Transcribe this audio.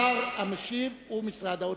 השר המשיב הוא משרד האוצר.